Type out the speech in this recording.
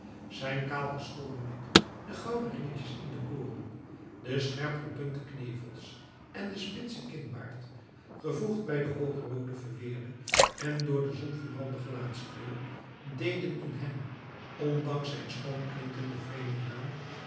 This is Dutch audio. zijn kaalgeschoren nek de gouden ringetjes in de ooren de scherp gepunte knevels en de spitse kinbaard gevoegd bij de hoogroode verweerde en door de zon verbrande gelaatskleur deden in hem ondanks zijn schoonklinkenden vreemden naam